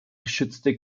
geschützte